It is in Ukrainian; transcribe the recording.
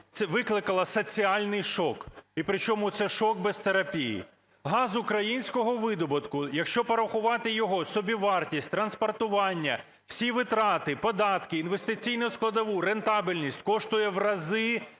це викликало соціальний шок. І причому, це шок без терапії. Газ українського видобутку, якщо порахувати його собівартість, транспортування, всі витрати, податки, інвестиційну складову, рентабельність, коштує в рази